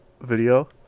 video